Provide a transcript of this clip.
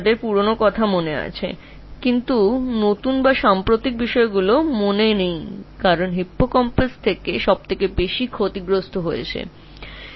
তারা পুরানো জিনিসটি মনে রাখে তারা নতুন জিনিস মনে রাখতে পারে না কারণ হিপ্পোক্যাম্পাস এমন জায়গা যেখানে সর্বাধিক ক্ষতি হচ্ছে